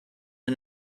the